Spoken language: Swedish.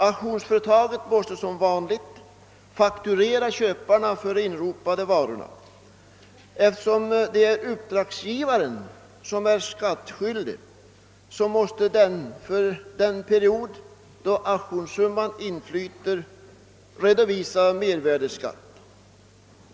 Auktionsföretaget måste som vanligt fakturera köparna för de inropade varorna. Eftersom det är uppdragsgivaren som är skattskyldig, måste denne från den tidpunkt när auktionssumman inflyter redovisa mervärdeskatt.